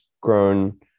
grown